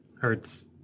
hurts